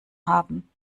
haben